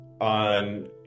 on